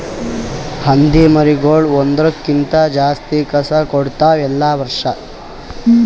ಹಂದಿ ಮರಿಗೊಳ್ ಒಂದುರ್ ಕ್ಕಿಂತ ಜಾಸ್ತಿ ಕಸ ಕೊಡ್ತಾವ್ ಎಲ್ಲಾ ವರ್ಷ